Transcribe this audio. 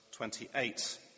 28